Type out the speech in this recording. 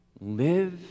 Live